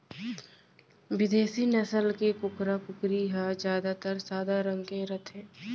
बिदेसी नसल के कुकरा, कुकरी ह जादातर सादा रंग के रथे